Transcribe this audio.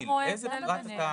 למה אתה רואה הבדל ביניהם?